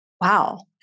wow